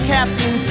Captain